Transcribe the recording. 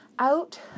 out